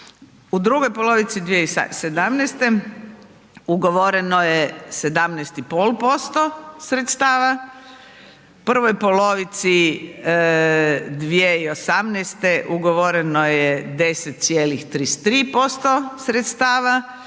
U drugoj polovici 2017. ugovoreno je 17,5% sredstava, u prvoj polovici 2018. ugovoreno je 10,33% sredstava